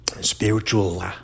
spiritual